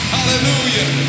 Hallelujah